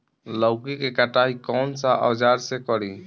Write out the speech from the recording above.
लौकी के कटाई कौन सा औजार से करी?